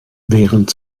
während